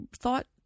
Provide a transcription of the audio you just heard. thought